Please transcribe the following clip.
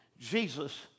Jesus